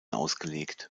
ausgelegt